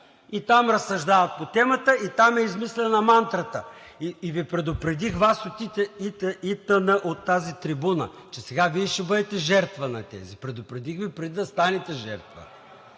и там разсъждават по темата, и там е измислена мантрата. И Ви предупредих Вас от ИТН от тази трибуна, че сега Вие ще бъдете жертва на тези. Предупредих Ви преди да станете жертва.